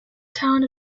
town